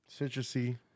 citrusy